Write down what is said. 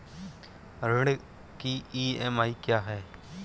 ऋण की ई.एम.आई क्या है?